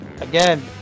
again